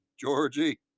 Georgie